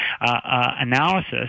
analysis